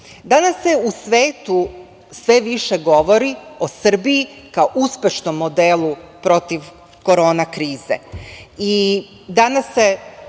se u svetu sve više govori o Srbiji kao uspešnom modelu protiv korona krize